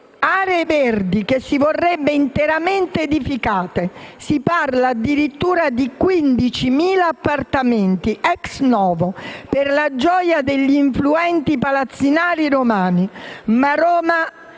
aree verdi che si vorrebbero interamente edificate, si parla addirittura di 15.000 appartamenti *ex novo*, per la gioia degli influenti palazzinari romani. Ma Roma